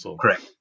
Correct